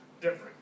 different